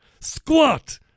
squat